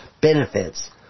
Benefits